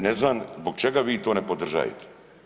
Ne znam zbog čega vi to ne podržavate.